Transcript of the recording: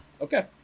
Okay